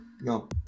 no